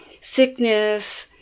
sickness